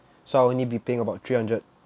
so I'll only be paying about three hundred